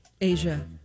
Asia